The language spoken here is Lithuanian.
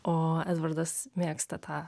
o edvardas mėgsta tą